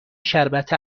شربت